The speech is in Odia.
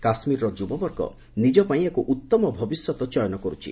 କାଶ୍କୀରର ଯୁବବର୍ଗ ନିଜ ପାଇଁ ଏକ ଉତ୍ତମ ଭବିଷ୍ୟତ ଚୟନ କର୍ରଛି